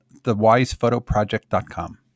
thewisephotoproject.com